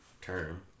term